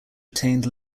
retained